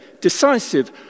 decisive